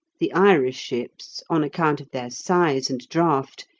the irish ships, on account of their size and draught,